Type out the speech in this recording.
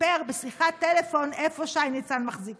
שסיפר בשיחת טלפון איפה שי ניצן מחזיק אותו.